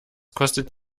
kostet